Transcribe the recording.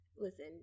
Listen